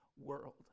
world